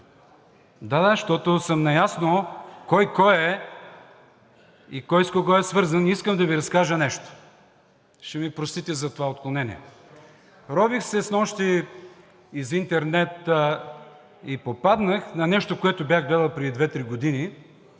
Да, да, защото съм наясно кой, кой е и кой с кого е свързан. Искам да Ви разкажа нещо, ще ми простите за това отклонение. Рових се снощи из интернет и попаднах на нещо, което бях гледал преди две-три години